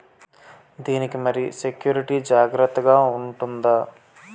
దీని కి మరి సెక్యూరిటీ జాగ్రత్తగా ఉంటుందా?